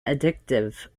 addictive